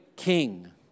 king